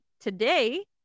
today